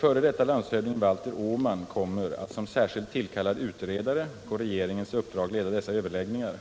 F. d. landshövdingen Valter Åman kommer att som särskilt tillkallad utredare på regeringens uppdrag leda dessa överläggningar.